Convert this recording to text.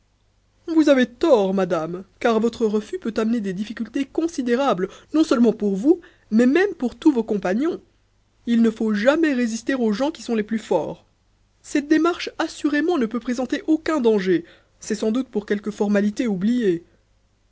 vous avez tort madame car votre refus peut amener des difficultés considérables non seulement pour vous mais même pour tous vos compagnons il ne faut jamais résister aux gens qui sont les plus forts cette démarche assurément ne peut présenter aucun danger c'est sans doute pour quelque formalité oubliée